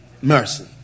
mercy